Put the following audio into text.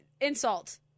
Insult